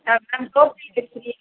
ah ma'am door delivery